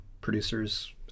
producers